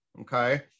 Okay